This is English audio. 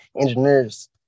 engineers